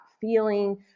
feeling